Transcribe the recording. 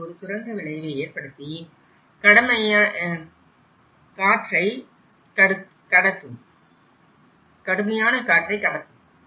அது ஒரு சுரங்க விளைவை ஏற்படுத்தி கடுமையான காற்றை கடத்தும்